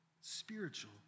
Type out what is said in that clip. spiritual